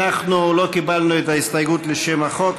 אנחנו לא קיבלנו את ההסתייגות לשם החוק,